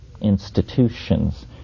institutions